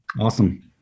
Awesome